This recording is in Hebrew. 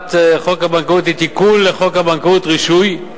הצעת חוק הבנקאות היא תיקון לחוק הבנקאות (רישוי),